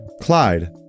Clyde